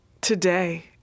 today